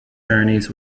journeys